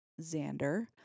Xander